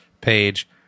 page